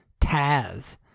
Taz—